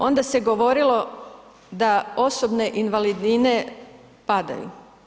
Onda se govorilo da osobne invalidnine padaju.